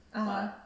(uh huh)